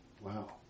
Wow